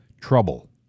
trouble